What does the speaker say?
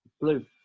Blue